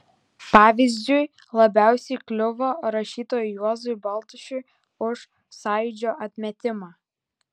pavyzdžiui labiausiai kliuvo rašytojui juozui baltušiui už sąjūdžio atmetimą